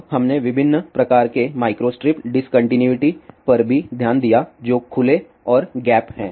तब हमने विभिन्न प्रकार के माइक्रोस्ट्रिप डिसकंटीन्यूइटी पर भी ध्यान दिया जो खुले और गैप हैं